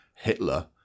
Hitler